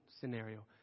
scenario